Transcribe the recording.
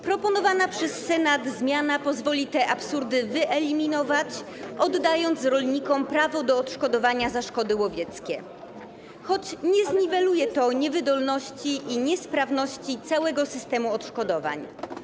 Proponowana przez Senat zmiana pozwoli te absurdy wyeliminować, oddając rolnikom prawo do odszkodowania za szkody łowieckie, choć nie zniweluje to niewydolności i niesprawności całego systemu odszkodowań.